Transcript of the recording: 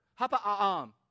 hapa'am